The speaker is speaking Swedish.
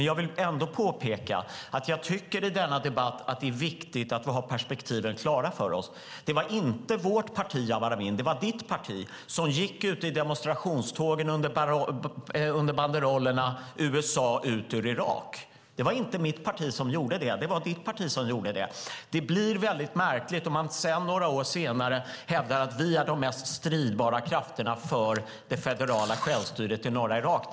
Jag vill ändå påpeka att jag tycker att det är viktigt att vi har perspektiven klara för oss i debatten. Det var inte vårt parti, Jabar Amin, utan det var ditt parti som gick ute i demonstrationstågen under banderollerna med texten USA ut ur Irak! Det blir märkligt om man några år senare hävdar att man är den mest stridbara kraften för det federala självstyret i norra Irak.